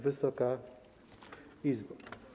Wysoka Izbo!